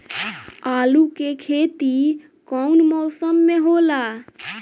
आलू के खेती कउन मौसम में होला?